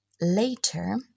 later